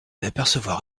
d’apercevoir